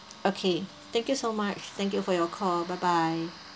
okay thank you so much thank you for your call bye bye